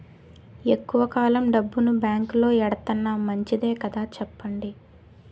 ఎక్కువ కాలం డబ్బును బాంకులో ఎడతన్నాం మంచిదే కదా చెప్పండి